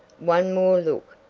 one more look!